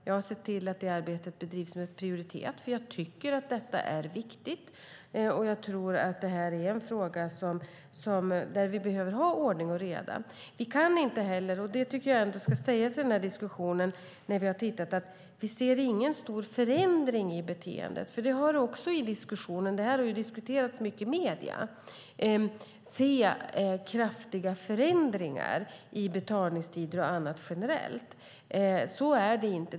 Jag har sett till att det arbetet bedrivs med prioritet, eftersom jag tycker att detta är viktigt, och jag tror att det här är en fråga där vi behöver ha ordning och reda. I den här diskussionen tycker jag också att det ska sägas att vi inte ser någon stor förändring i beteendet. Det har ju diskuterats mycket i medierna att man skulle se kraftiga förändringar i betalningstider och annat generellt. Så är det inte.